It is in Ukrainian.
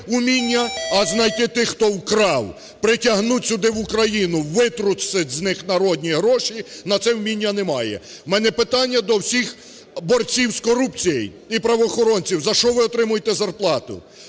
вміння, а знайти тих, хто вкрав, притягнути сюди в Україну, витрусити з них народні гроші, на це вміння немає. В мене питання до всіх борців з корупцією і правоохоронців: за що ви отримуєте зарплату